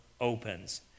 opens